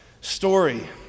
story